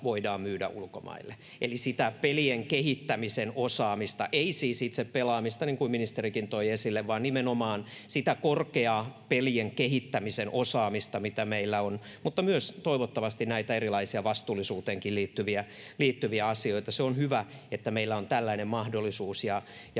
Eli sitä pelien kehittämisen osaamista — ei siis itse pelaamista, niin kuin ministerikin toi esille, vaan nimenomaan sitä korkeaa pelien kehittämisen osaamista, mitä meillä on, mutta toivottavasti myös näitä erilaisia vastuullisuuteenkin liittyviä asioita. Se on hyvä, että meillä on tällainen mahdollisuus, ja